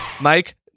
Mike